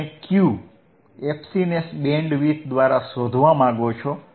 તમે Q fC ને bandwidth દ્વારા શોધવા માંગો છો